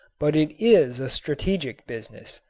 but it is a strategic business.